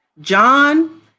John